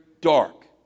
dark